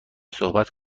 صحبت